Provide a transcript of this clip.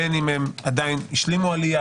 בין אם השלימו עלייה,